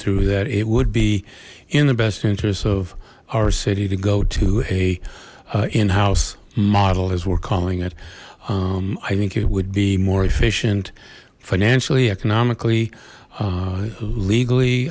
through that it would be in the best interest of our city to go to a in house model as we're calling it i think it would be more efficient financially economically legally